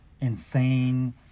insane